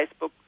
Facebook